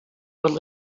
would